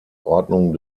ordnung